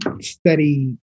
steady